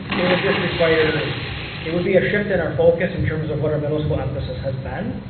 it would just require it would be a shift in our focus in terms of what our middle school um focus has been.